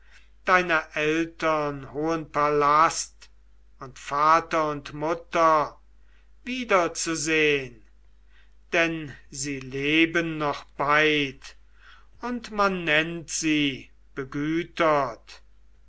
deiner eltern hohen palast und vater und mutter wiederzusehn denn sie leben noch beid und man nennt sie begütert